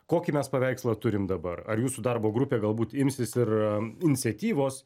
kokį mes paveikslą turim dabar ar jūsų darbo grupė galbūt imsis ir inciatyvos